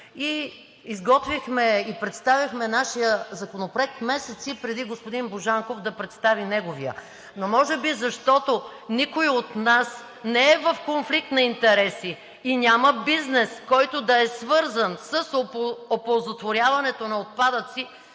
Изготвихме и представихме нашия законопроект месеци преди господин Божанков да представи неговия. (Реплика от „БСП за България“.) Но може би, защото никой от нас не е в конфликт на интереси и няма бизнес, който да е свързан с оползотворяването на отпадъци,